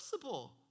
possible